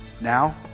Now